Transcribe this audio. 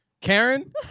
Karen